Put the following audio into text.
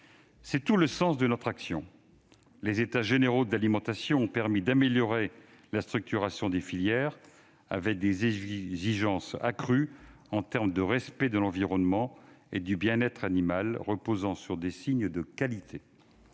C'est tout le sens de notre action. Les États généraux de l'alimentation ont permis d'améliorer la structuration des filières, avec des exigences accrues en termes de respect de l'environnement et du bien-être animal, reposant sur des signes de qualité.